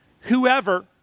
Whoever